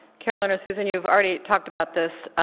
carolyn or susan, you've already talked about this.